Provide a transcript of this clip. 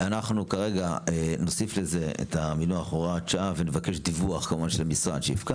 אנחנו כרגע נוסיף לזה את המינוח הוראת שעה ונבקש דיווח של המשרד.